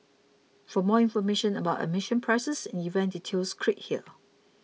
for more information about admission prices and event details click here